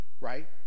right